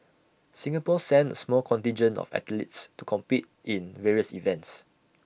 Singapore sent A small contingent of athletes to compete in various events